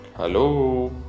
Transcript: Hello